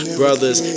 brothers